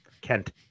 Kent